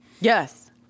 Yes